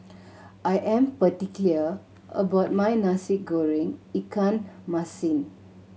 I am particular about my Nasi Goreng ikan masin